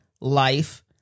Life